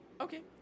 okay